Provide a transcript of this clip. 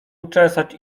uczesać